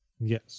yes